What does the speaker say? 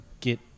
Get